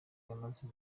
yamaze